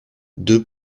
deux